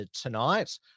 tonight